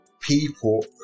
people